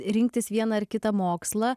rinktis vieną ar kitą mokslą